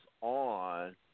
on